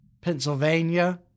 Pennsylvania